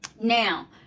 now